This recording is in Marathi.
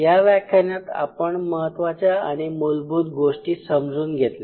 या व्याख्यानात आपण महत्त्वाच्या आणि मूलभूत गोष्टी समजून घेतल्या